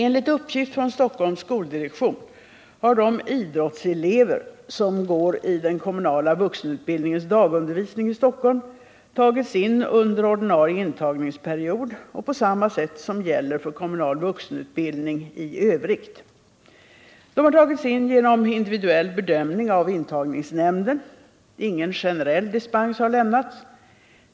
Enligt uppgift från Stockholms skoldirektion har de ”idrottselever” som går i den kommunala vuxenutbildningens dagundervisning i Stockholm tagits in under ordinarie intagningsperiod och på samma sätt som gäller för kommunal vuxenutbildning i övrigt. De har tagits in genom individuell bedömning av intagningsnämnden. Ingen generell dispens har lämnats.